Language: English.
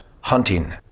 hunting